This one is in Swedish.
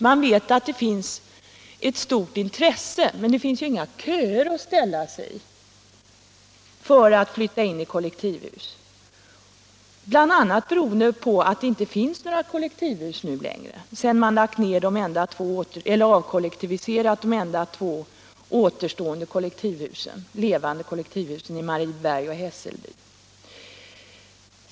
Man vet att det finns ett stort intresse, men det finns inga köer att ställa sig i för att flytta in i kollektivhus, bl.a. beroende på att det inte finns några kollektivhus längre sedan man avkollektiviserat de två återstående levande kollektivhusen, i Marieberg och Hässelby.